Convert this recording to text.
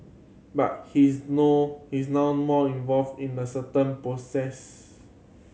but he's nor he's now more involved in the certain process